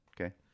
Okay